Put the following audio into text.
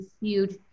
huge